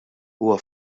huwa